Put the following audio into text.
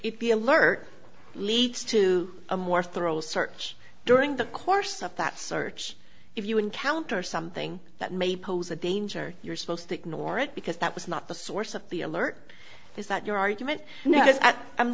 it be alert leads to a more thorough search during the course of that search if you encounter something that may pose a danger you're supposed to ignore it because that was not the source of the alert is that your argument now i'm